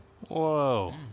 Whoa